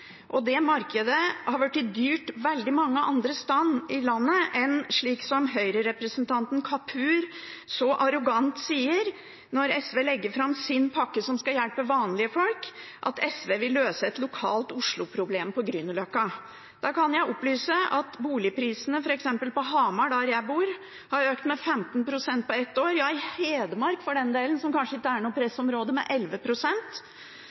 og det har blitt dyrt på det markedet veldig mange andre steder i landet enn her. Høyre-representanten Kapur sier så arrogant når SV legger fram sin pakke som skal hjelpe vanlige folk, at SV vil løse et lokalt Oslo-problem på Grünerløkka. Da kan jeg opplyse at boligprisene f.eks. på Hamar, der jeg bor, har økt med 15 pst. på ett år – ja i Hedmark, for den del, som kanskje ikke er noe